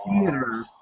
theater